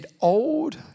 old